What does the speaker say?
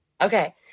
okay